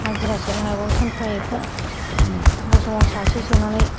हाजिरा सोनो हायाब्लाबो सानफा एफा एखमब्ला समाव सासे सोनानै